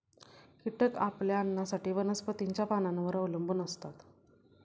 कीटक आपल्या अन्नासाठी वनस्पतींच्या पानांवर अवलंबून असतो